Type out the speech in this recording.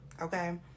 okay